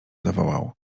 zawołał